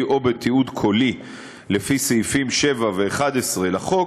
או בתיעוד קולי לפי סעיפים 7 ו-11 לחוק,